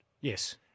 Yes